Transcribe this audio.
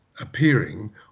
appearing